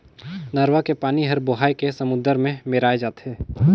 नरूवा के पानी हर बोहाए के समुन्दर मे मेराय जाथे